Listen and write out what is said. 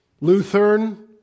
Lutheran